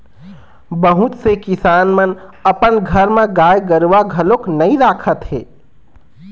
बहुत से किसान मन अपन घर म गाय गरूवा घलोक नइ राखत हे